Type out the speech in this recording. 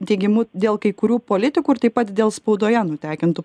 teigimu dėl kai kurių politikų ir taip pat dėl spaudoje nutekintų